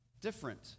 different